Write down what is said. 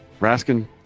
Raskin